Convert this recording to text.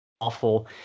awful